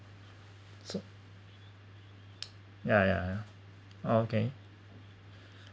so ya ya okay